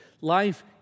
life